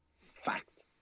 Fact